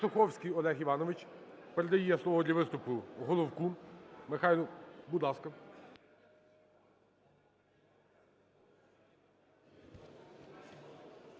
Осуховський Олег Іванович передає слово для виступу Головку Михайлу, будь ласка.